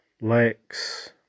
lakes